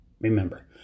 remember